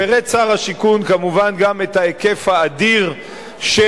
פירט שר השיכון כמובן גם את ההיקף האדיר של